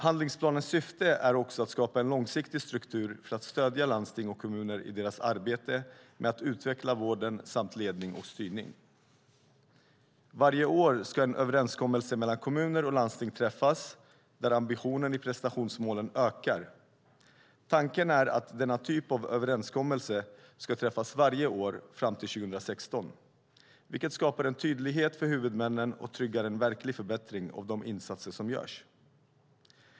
Handlingsplanens syfte är också att skapa en långsiktig struktur för att stödja landsting och kommuner i deras arbete med att utveckla vården samt ledning och styrning. Varje år ska en överenskommelse mellan kommuner och landsting träffas där ambitionen i prestationsmålen ökar. Tanken är att denna typ av överenskommelse ska träffas varje år fram till 2016, vilket skapar en tydlighet för huvudmännen och tryggar en verklig förbättring av de insatser som görs.